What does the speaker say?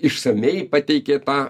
išsamiai pateikė tą